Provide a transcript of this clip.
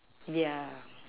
yeah